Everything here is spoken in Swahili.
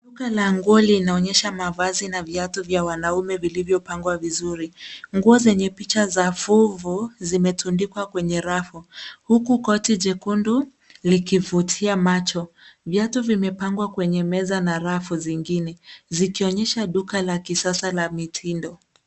Duka la nguo linaonyesha mavazi na viatu vya wanaume vilivyo pangwa vizuri. Nguo zenye picha za fuvu zimetundikwa kwenye rafu huku koti jekundu likivutia macho. Viatu vimepangwa kwenye meza na rafu zingine zikionyesha duka la kisasa la mitindo.